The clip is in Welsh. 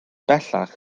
bellach